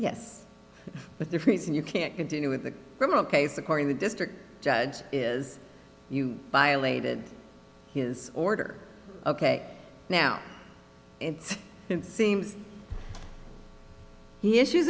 yes but the reason you can't continue with the criminal case according the district judge is you violated his order ok now it's seems he issues